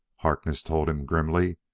harkness told him grimly.